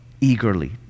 Eagerly